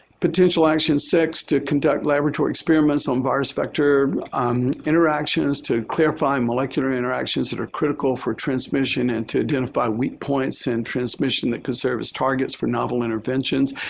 potential action six, to conduct laboratory experiments on virus vector um interactions to clarify molecular interactions that are critical for transmission and to identify weak points and transmission that can serve as targets for novel interventions.